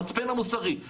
המצפן המוסרי.